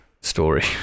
story